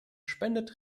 spendet